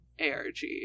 ARG